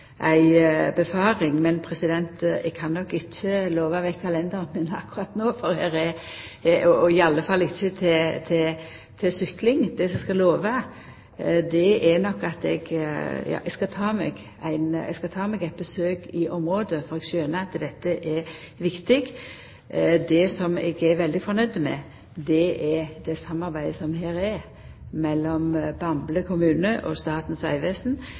men eg kan nok ikkje lova vekk kalenderen min akkurat no, og i alle fall ikkje til sykling. Det eg skal lova, er at eg skal ta meg eit besøk i området, for eg skjønar at dette er viktig. Det eg er veldig fornøgd med, er samarbeidet mellom Bamble kommune og Statens